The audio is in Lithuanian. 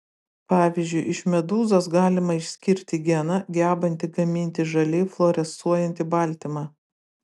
pavyzdžiui iš medūzos galima išskirti geną gebantį gaminti žaliai fluorescuojantį baltymą